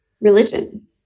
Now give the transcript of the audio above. religion